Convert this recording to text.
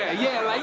ah yeah, like